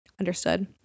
understood